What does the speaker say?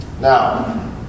Now